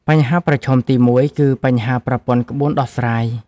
បញ្ហាប្រឈមទី១ គឺបញ្ហាប្រព័ន្ធក្បួនដោះស្រាយ ។